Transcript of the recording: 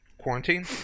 quarantine